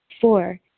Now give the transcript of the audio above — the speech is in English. Four